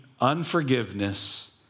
Unforgiveness